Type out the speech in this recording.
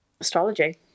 astrology